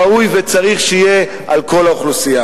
ראוי וצריך שיהיה על כל האוכלוסייה.